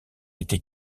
était